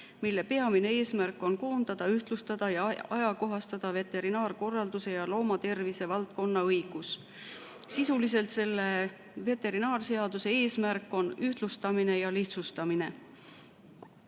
mille peamine eesmärk on koondada, ühtlustada ja ajakohastada veterinaarkorralduse ja loomatervise valdkonna õigus. Sisuliselt on veterinaarseaduse eesmärk ühtlustamine ja lihtsustamine.